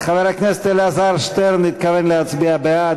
חבר הכנסת אלעזר שטרן התכוון להצביע בעד,